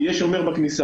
יהיה שומר בכניסה.